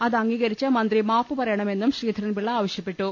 അത് അംഗീ കരിച്ച് മന്ത്രി മാപ്പു പറയണമെന്നും ശ്രീധരൻപിള്ള ആവശ്യപ്പെ ട്ടു